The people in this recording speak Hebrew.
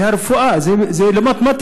זה רפואה, זה לא מתמטיקה.